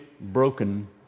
broken